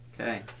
okay